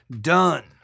Done